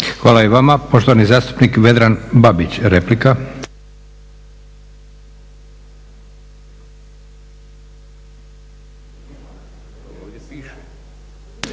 Hvala i vama. Poštovani zastupnik Ante Babić, replika.